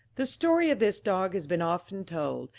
the story of this dog has been often told,